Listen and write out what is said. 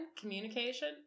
communication